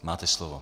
Máte slovo.